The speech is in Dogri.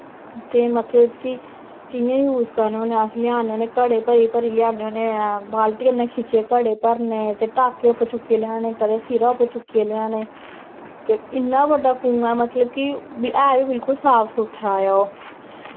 ते मतलब कि कि'यां यूस करने होन्ने अस लेआने होन्ने घड़े भरी भरी लेआने होन्ने ऐं बालटी कन्नै खिच्चियै घड़े भरने ते टाके उप्पर चुक्कियै लेआने ते कदें सिरै उप्पर चुक्कियै ते इन्ना बड्डा कुआं मतलब कि ऐ बी बिलकुल साफ सुथरा ऐ ओह्